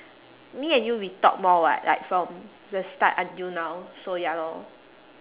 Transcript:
me and you we talk more [what] like from the start until now so ya lor